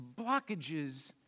blockages